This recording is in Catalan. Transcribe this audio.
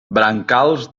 brancals